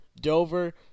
Dover